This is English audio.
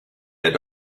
had